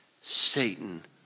Satan